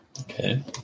Okay